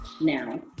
now